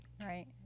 Right